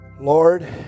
lord